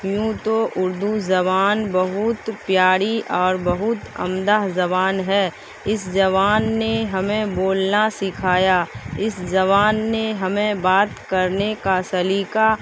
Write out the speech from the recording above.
یوں تو اردو زبان بہت پیاری اور بہت عمدہ زبان ہے اس زبان نے ہمیں بولنا سکھایا اس زبان نے ہمیں بات کرنے کا سلیقہ